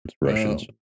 Russians